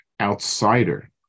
outsider